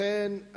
לכן,